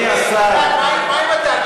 מה עם התאגיד,